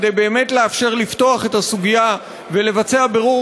כדי באמת לאפשר לפתוח את הסוגיה ולעשות בירור